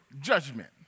judgment